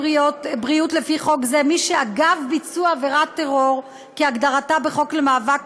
בריאות לפי חוק זה מי שנפגע אגב ביצוע עבירת טרור כהגדרתה בחוק המאבק